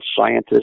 scientists